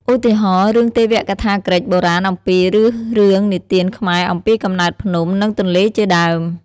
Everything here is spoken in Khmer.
ឧទាហរណ៍ រឿងទេវកថាក្រិកបុរាណអំពី ឬរឿងនិទានខ្មែរអំពីកំណើតភ្នំ និងទន្លេជាដើម ។